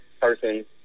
person